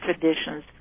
traditions